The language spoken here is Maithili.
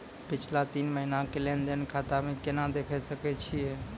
पिछला तीन महिना के लेंन देंन खाता मे केना देखे सकय छियै?